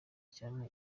cyane